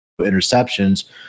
interceptions